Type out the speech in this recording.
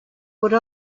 would